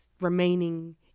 remaining